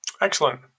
excellent